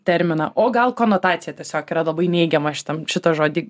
terminą o gal konotacija tiesiog yra labai neigiama šitam šitą žodį